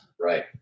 Right